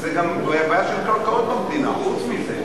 זו גם בעיה של קרקעות במדינה, חוץ מזה.